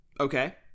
Okay